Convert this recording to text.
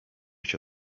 się